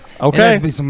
Okay